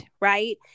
right